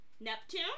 Neptune